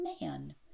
man